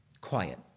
quiet